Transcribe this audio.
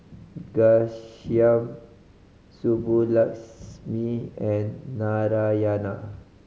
Ghanshyam Subbulakshmi and Narayana